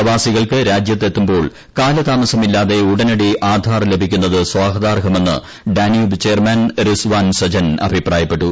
പ്രവാസികൾക്ക് രാജ്യത്ത് എത്തുമ്പോൾ കാലതാമസമില്ലാതെ ഉടനടി ആധാർ ലഭിക്കുന്നത് സ്വാഗ്താർഹമെന്ന് ഡാന്യൂബ് ചെയർമാൻ റിസ്വാൻ സജൻ അഭിപ്രായപ്പെട്ടു